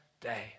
day